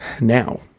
now